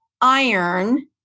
iron